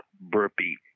burpee